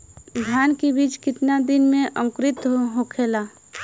धान के बिज कितना दिन में अंकुरित होखेला?